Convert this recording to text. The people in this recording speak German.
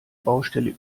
baustelle